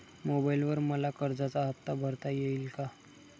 मोबाइलवर मला कर्जाचा हफ्ता भरता येईल का?